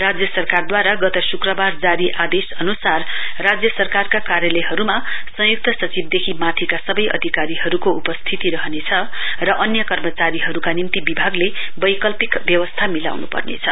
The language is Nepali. राज्य सरकारद्वारा गत शुक्रवार जारी आदेश अनुसार राज्य सरकारका कार्यालयहरूमा संयुक्त सचिवदेखि माथिका सबै अधिकारीहरूको उपस्थिती रहनेछ र अन्य कर्मचारीहरूका निम्ति विभागले बैकल्पिक व्यवस्था मिलाउनु पर्नेछ